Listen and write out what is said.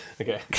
Okay